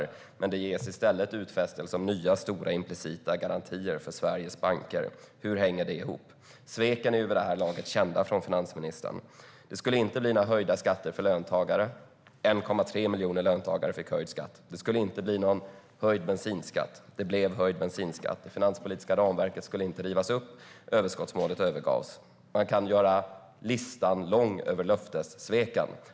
I stället ges det utfästelser om nya stora implicita garantier för Sveriges banker. Hur hänger det ihop? Sveken från finansministern är vid det här laget kända. Det skulle inte bli några höjda skatter för löntagare. Det var 1,3 miljoner löntagare som fick höjd skatt. Det skulle inte bli någon höjd bensinskatt. Det blev höjd bensinskatt. Det finanspolitiska ramverket skulle inte rivas upp. Överskottsmålet övergavs. Man kan göra listan lång över löftessveken.